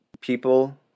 people